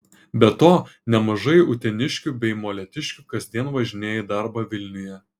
be to nemažai uteniškių bei molėtiškių kasdien važinėja į darbą vilniuje